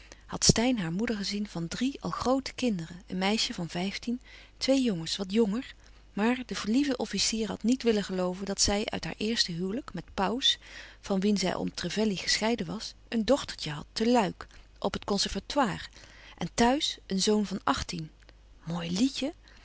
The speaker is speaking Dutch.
had steyn haar moeder gezien van drie al groote kinderen een meisje van vijftien twee jongens wat jonger maar de verliefde officier had niet wllen gelooven dat zij uit haar eerste huwelijk met pauws van wien zij om trevelley gescheiden was een dochter had te luik op het conservatoire en thuis een zoon van achttien mooi lietje